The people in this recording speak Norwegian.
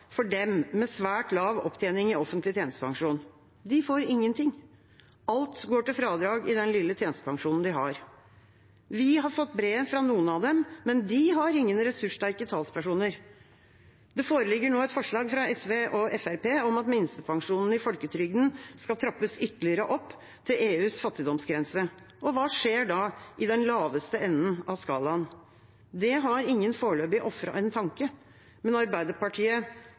for dem med svært lav opptjening i offentlig tjenestepensjon? De får ingenting. Alt går til fradrag i den lille tjenestepensjonen de har. Vi har fått brev fra noen av dem, men de har ingen ressurssterke talspersoner. Det foreligger nå et forlag fra SV og Fremskrittspartiet om at minstepensjonen i folketrygden skal trappes ytterligere opp til EUs fattigdomsgrense. Hva skjer da i den laveste enden av skalaen? Det har ingen foreløpig ofret en tanke – men Arbeiderpartiet